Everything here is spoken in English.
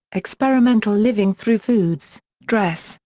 experimental living through foods, dress,